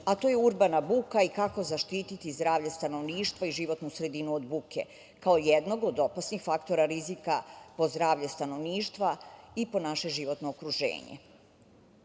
a to je urbana buka i kako zaštiti zdravlje stanovništva i životnu sredinu od buke kao jednog od opasnih faktora rizika po zdravlje stanovništva i po naše životno okruženje. Buka